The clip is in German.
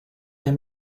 der